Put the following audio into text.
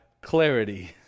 clarity